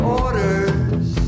orders